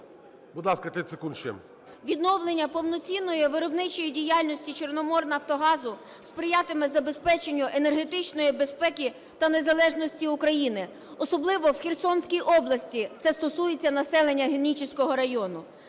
Відновлення повноцінної виробничої діяльності "Чорноморнафтогазу" сприятиме забезпеченню енергетичної безпеки та незалежності України, особливо в Херсонській області, це стосується населення Генічеського району.